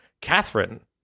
Catherine